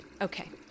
Okay